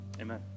Amen